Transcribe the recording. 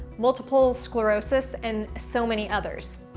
multiple sclerosis and so many others.